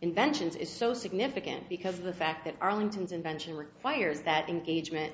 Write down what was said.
inventions is so significant because of the fact that arlington's invention requires that engagement